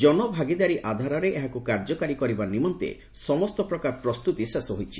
ଜନଭାଗିଦାରୀ ଆଧାରରେ ଏହାକୁ କାର୍ଯ୍ୟକାରୀ କରିବା ନିମନ୍ତେ ସମସ୍ତ ପ୍ରକାର ପ୍ରସ୍ତୁତି ଶେଷ ହୋଇଛି